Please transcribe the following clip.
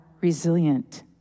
resilient